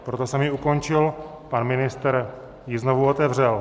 Proto jsem ji ukončil, pan ministr ji znovu otevřel.